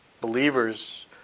believers